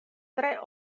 tre